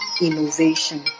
innovation